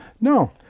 No